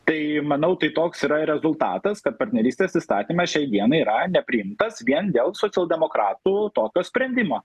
tai manau tai toks yra rezultatas kad partnerystės įstatymas šiai dienai yra nepriimtas vien dėl socialdemokratų tokio sprendimo